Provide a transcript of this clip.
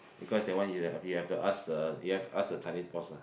because that one you have you have to ask the you have to ask the Chinese boss ah